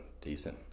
decent